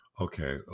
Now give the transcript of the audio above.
Okay